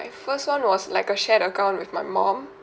my first one was like a shared account with my mom